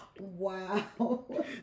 Wow